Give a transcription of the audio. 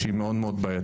שהיא מאוד בעייתית.